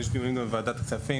יש דיונים גם בוועדת כספים,